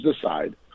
decide